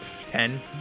Ten